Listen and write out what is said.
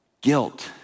guilt